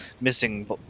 missing